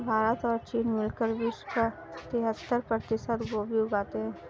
भारत और चीन मिलकर विश्व का तिहत्तर प्रतिशत गोभी उगाते हैं